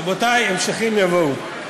רבותי, המשכים יבואו.